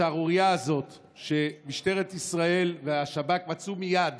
השערורייה הזאת שמשטרת ישראל והשב"כ מצאו מייד